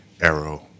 arrow